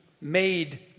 made